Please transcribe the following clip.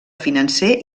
financer